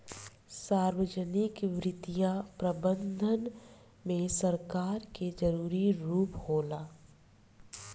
सार्वजनिक वित्तीय प्रबंधन में सरकार के जरूरी रूप होला